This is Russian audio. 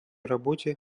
работе